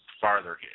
farther